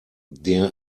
der